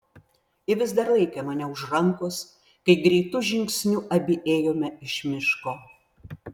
ji vis dar laikė mane už rankos kai greitu žingsniu abi ėjome iš miško